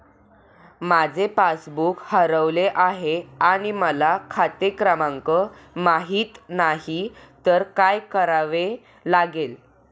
माझे पासबूक हरवले आहे आणि मला खाते क्रमांक माहित नाही तर काय करावे लागेल?